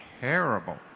terrible